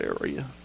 area